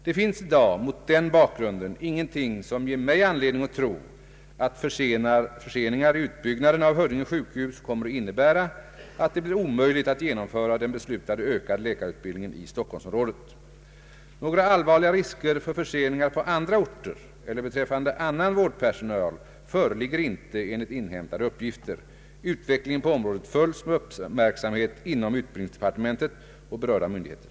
Det finns i dag — mot denna bakgrund — ingenting som ger mig anledning att tro att förseningar i utbyggnaden av Huddinge sjukhus kommer att innebära att det blir omöjligt att genomföra den beslutade ökade läkarutbildningen i Stockholmsområdet. Några allvarliga risker för förseningar på andra orter eller beträffande annan vårdpersonal föreligger inte enligt inhämtade uppgifter. Utvecklingen på området följs med uppmärksamhet inom utbildningsdepartementet och berörda myndigheter.